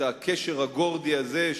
את הקשר הגורדי הזה,